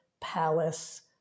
Palace